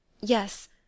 Yes